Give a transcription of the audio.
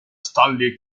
stanley